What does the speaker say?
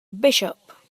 bishop